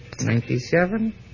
Ninety-seven